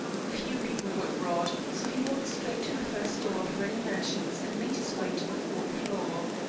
few people were abroad, so he walked straight to the first door of raleigh mansions and made his way to the fourth floor.